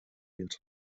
wird